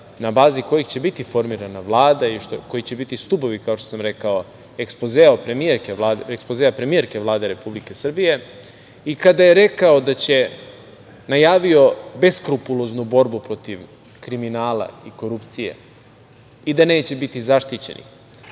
na bazi kojih će biti formirana Vlada i koji će biti stubovi, kao što sam rekao, ekspozea premijerke Vlade Republike Srbije, i kada je najavio beskrupuloznu borbu protiv kriminala i korupcije, i da neće biti zaštićenih,